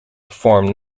perform